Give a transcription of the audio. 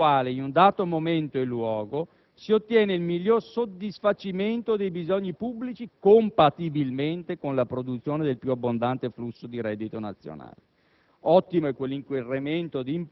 Ottima è quell'imposta data la quale, in un dato momento e luogo, si ottiene il miglior soddisfacimento dei bisogni pubblici compatibilmente con la produzione del più abbondante flusso di reddito nazionale.